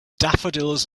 daffodils